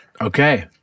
okay